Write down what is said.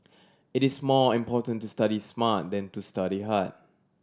it is more important to study smart than to study hard